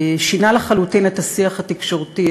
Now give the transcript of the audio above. שינה לחלוטין את השיח התקשורתי,